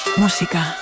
música